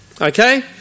okay